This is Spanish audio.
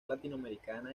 latinoamericana